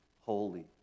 Holy